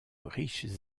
riches